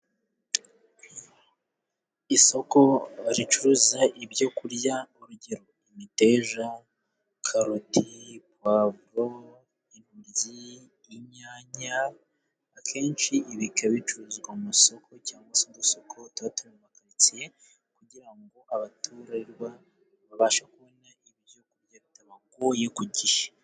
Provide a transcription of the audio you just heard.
Isoko ricuruza ibyo kurya urugero: imiteja, karoti, puwavuro, intoryi, inyanya. Akenshi ibi bikaba bicuruzwa mu masoko cyangwa se udusoko tuba turi mu makaritsiye, kugira ngo abatuye iyo bigwa babashe kubona ibyo kurya bitabagoye ku gihe.